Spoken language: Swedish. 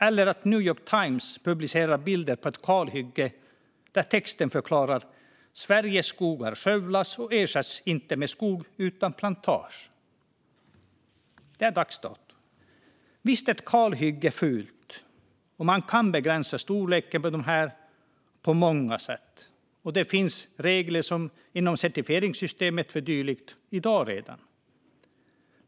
Och New York Times publicerar bilder på ett kalhygge där texten förklarar att Sveriges skogar skövlas och inte ersätts med skog utan med plantager. Visst är kalhyggen fula, och man kan begränsa storleken på dem på många sätt. Det finns regler inom certifieringssystemet för detta redan i dag.